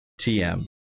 TM